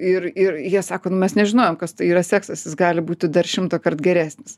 ir ir jie sako nu mes nežinojom kas tai yra seksas gali būti dar šimtąkart geresnis